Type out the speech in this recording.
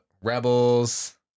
Rebels